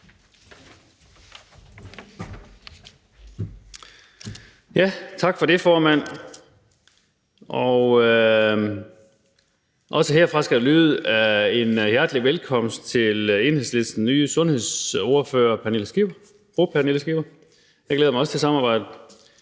Tak for det, formand. Der skal også herfra lyde en hjertelig velkomst til Enhedslistens nye sundhedsordfører, fru Pernille Skipper. Jeg glæder mig også til samarbejdet.